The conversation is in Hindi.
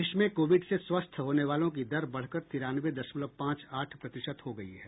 देश में कोविड से स्वस्थ होने वालों की दर बढ़कर तिरानवे दशमलव पांच आठ प्रतिशत हो गई है